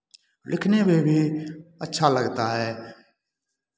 लिखने में भी अच्छा लगता है